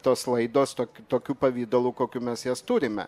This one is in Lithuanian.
tos laidos tok tokiu pavidalu kokiu mes jas turime